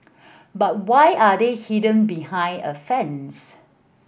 but why are they hidden behind a fence